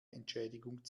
entschädigung